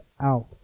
out